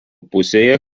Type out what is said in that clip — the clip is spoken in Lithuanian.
pusėje